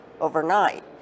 overnight